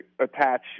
attach